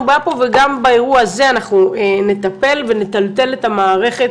בעיה פה וגם באירוע הזה אנחנו נטפל ונטלטל את המערכת,